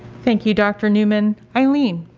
thank you dr. newman. eileen?